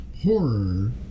horror